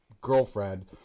girlfriend